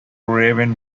raven